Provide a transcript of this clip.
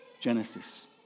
Genesis